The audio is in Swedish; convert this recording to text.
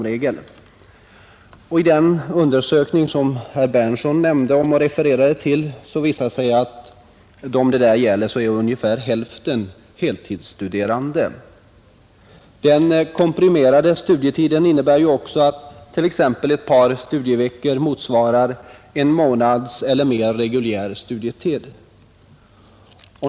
I den undersökning som herr Berndtson refererade till visade det sig att ungefär hälften av de berörda personerna är heltidsstuderande. Den komprimerade studietiden innebär också att t.ex. ett par studieveckor motsvarar en månads eller mer reguljär studietid.